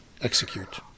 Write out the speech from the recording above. execute